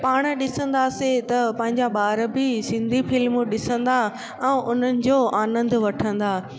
पाणि ॾिसंदासीं त पंहिंजा ॿार बि सिंधी फ्लिमूं ॾिसंदा ऐं हुनजो आनंदु वठंदा